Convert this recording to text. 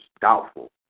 doubtful